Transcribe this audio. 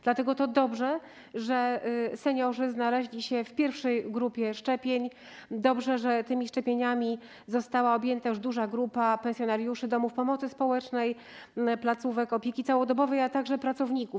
Dlatego to dobrze, że seniorzy znaleźli się w pierwszej grupie szczepień, dobrze, że tymi szczepieniami została objęta już duża grupa pensjonariuszy domów pomocy społecznej, placówek opieki całodobowej, a także pracowników.